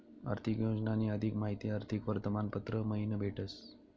आर्थिक योजनानी अधिक माहिती आर्थिक वर्तमानपत्र मयीन भेटस